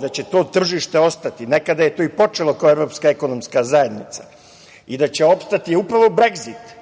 da će to tržište ostati, nekada je to i počelo kao evropska ekonomska zajednica, i da će opstati je upravo Bregzit.